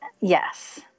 Yes